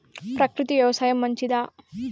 ప్రకృతి వ్యవసాయం మంచిదా?